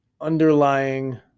underlying